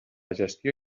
gestió